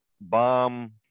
bomb